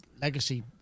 legacy